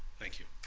thank you.